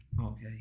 Okay